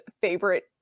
favorite